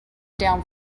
down